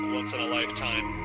Once-in-a-lifetime